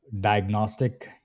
diagnostic